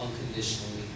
unconditionally